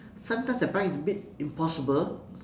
sometimes I find it a bit impossible